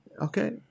Okay